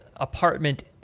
Apartment